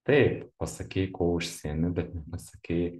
taip pasakei kuo užsiimi bet nepasakei